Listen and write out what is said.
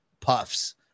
puffs